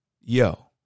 Yo